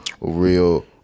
real